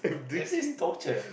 this is torture